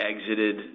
exited